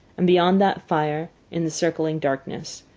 and beyond that fire, in the circling darkness,